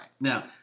now